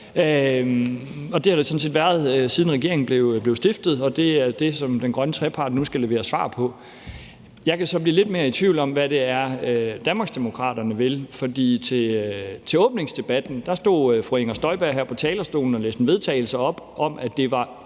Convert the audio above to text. det sådan set været, siden regeringen blev stiftet, og det er det, som den grønne trepart nu skal levere svar på. Jeg kan så blive lidt mere i tvivl om, hvad det er, Danmarksdemokraterne vil, for til åbningsdebatten stod fru Inger Støjberg her på talerstolen og læste et forslag til vedtagelse op om, at det var